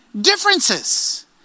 differences